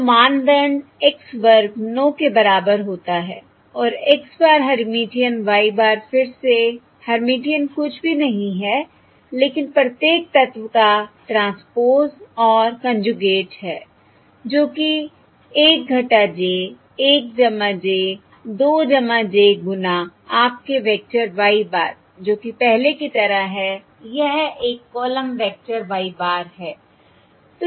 तो मानदंड x वर्ग नौ के बराबर होता है और x bar Hermitian y bar फिर से हेर्मिटियन कुछ भी नहीं है लेकिन प्रत्येक तत्व का ट्रांसपोज़ और कन्ज्यूगेट है जो कि 1 j 1 j 2 j गुना आपके वेक्टर y bar जो कि पहले की तरह है यह एक कॉलम वेक्टर y bar है